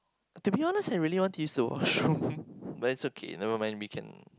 to be honest I really want to use the washroom but it's okay never mind we can